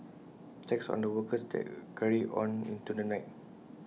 checks on the workers there carried on into the night